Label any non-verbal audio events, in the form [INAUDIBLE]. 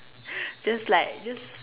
[BREATH] just like just